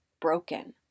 broken